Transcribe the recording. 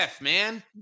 man